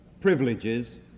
privileges